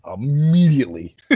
immediately